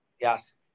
Yes